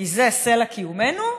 כי זה סלע קיומנו.